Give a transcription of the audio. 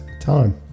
time